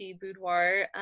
Boudoir